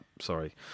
sorry